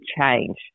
change